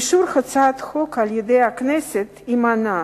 אישור הצעת החוק על-ידי הכנסת ימנע